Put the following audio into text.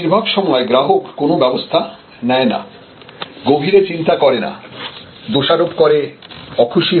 বেশিরভাগ সময় গ্রাহক কোন ব্যবস্থা নেয় না গভীরে চিন্তা করে না দোষারোপ করে অখুশি হয়